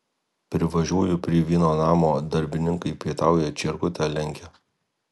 privažiuoju prie vieno namo darbininkai pietauja čierkutę lenkia